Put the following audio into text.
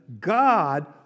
God